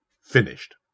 finished